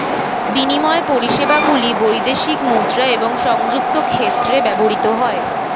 বিনিময় পরিষেবাগুলি বৈদেশিক মুদ্রা এবং সংযুক্ত ক্ষেত্রে ব্যবহৃত হয়